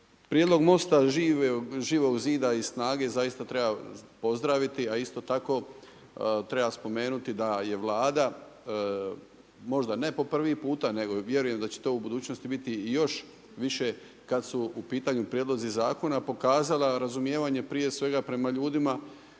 Prijedlog MOST-a, Živog zida i SNAGA-e zaista treba pozdraviti a isto tako, treba spomenuti da je Vlada možda ne po prvi puta, nego vjerujem da će to u budućnosti biti i još više kad su u pitanju prijedlozi zakona, pokazala razumijevanje prije svega prema ljudima